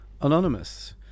Anonymous